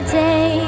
day